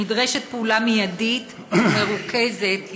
נדרשת פעולה מיידית ומרוכזת למיגורה.